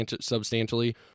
substantially